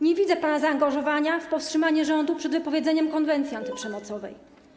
Nie widzę pana zaangażowania w powstrzymanie rządu przed wypowiedzeniem konwencji antyprzemocowej.